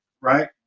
right